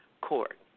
court